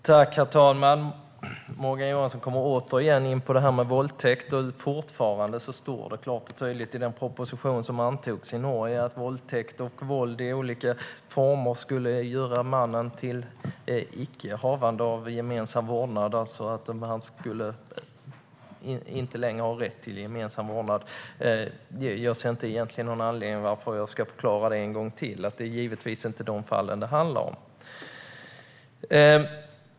Herr talman! Morgan Johansson kommer återigen in på detta med våldtäkter. Fortfarande står det klart och tydligt i den proposition som antogs i Norge att våldtäkter och våld i olika former skulle göra mannen till icke havande av gemensam vårdnad. Han skulle alltså inte längre ha rätt till gemensam vårdnad. Jag ser egentligen inte någon anledning till att jag ska förklara en gång till att det givetvis inte är dessa fall det handlar om.